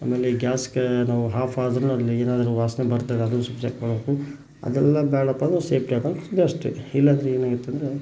ಆಮೇಲೆ ಗ್ಯಾಸ್ ಕ ಏನು ಹಾಫ್ ಆದರೂ ಅದರಲ್ಲೇನಾದ್ರೂ ವಾಸನೆ ಬರ್ತದೆ ಅದು ಸಹ ಚೆಕ್ ಮಾಡಬೇಕು ಅದೆಲ್ಲ ಬೇಡಪ್ಪ ಅಂದ್ರೆ ಸೇಫ್ಟಿ ಹಾಕೋದು ಬೆಸ್ಟ ಇಲ್ಲಾಂದ್ರೆ ಏನಾಗುತ್ತಂದ್ರೆ